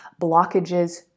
blockages